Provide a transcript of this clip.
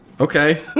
Okay